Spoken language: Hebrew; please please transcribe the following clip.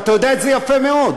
ואתה יודע את זה יפה מאוד.